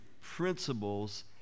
principles